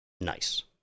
nice